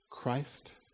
Christ